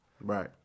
Right